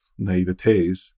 naivetes